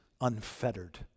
unfettered